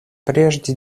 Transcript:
прежде